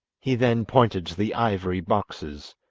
he then pointed to the ivory boxes,